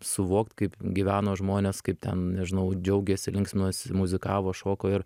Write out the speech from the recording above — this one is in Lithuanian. suvokt kaip gyveno žmonės kaip ten nežinau džiaugėsi linksminos muzikavo šoko ir